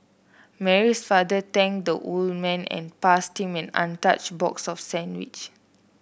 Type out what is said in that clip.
Mary's father thanked the old man and passed him an untouched box of sandwiches